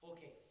Okay